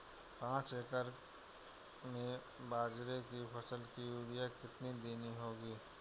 पांच एकड़ में बाजरे की फसल को यूरिया कितनी देनी होगी?